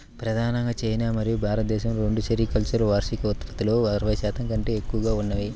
ప్రధానంగా చైనా మరియు భారతదేశం రెండూ సెరికల్చర్ వార్షిక ఉత్పత్తిలో అరవై శాతం కంటే ఎక్కువగా ఉన్నాయి